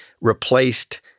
replaced